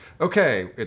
okay